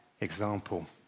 example